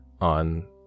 on